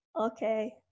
Okay